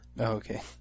Okay